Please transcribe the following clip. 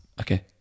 Okay